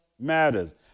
matters